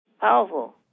powerful